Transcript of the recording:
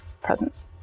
presence